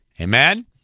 Amen